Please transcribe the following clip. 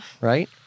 Right